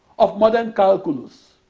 of modern calculus.